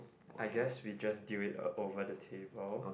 I guess we just deal it uh over the table